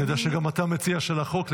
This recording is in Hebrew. אני יודע שגם אתה מציע של החוק,